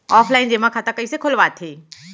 Offline जेमा खाता कइसे खोलवाथे?